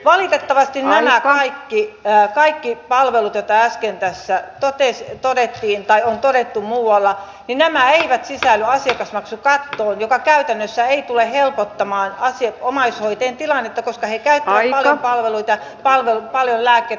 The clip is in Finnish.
valitettavasti nämä kaikki palvelut joita äsken tässä todettiin tai on todettu muualla eivät sisälly asiakasmaksukattoon mikä käytännössä ei tule helpottamaan omaishoitajien tilannetta koska he käyttävät paljon palveluita ja paljon lääkkeitä